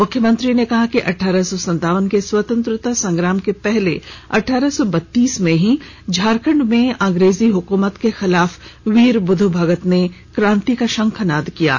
मुख्यमंत्री ने कहा कि अठारह सौ सतावन के स्वतंत्रता संग्राम के पहले अठारह सौ बत्तीस में ही झारखंड में अंग्रेजी हुकूमत के खिलाफ वीर बुधू भगत ने कांति का शंखनाद किया था